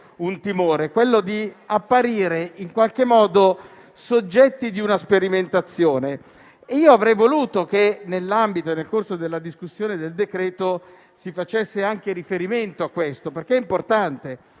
un timore, cioè quello di apparire soggetti di una sperimentazione. Io avrei voluto che nel corso della discussione del decreto-legge si facesse anche riferimento a questo, perché è importante.